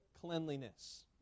cleanliness